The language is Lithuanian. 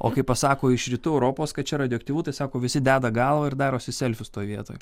o kai pasako iš rytų europos kad čia radioaktyvu tai sako visi deda galvą ir darosi selfius toj vietoj